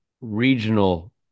regional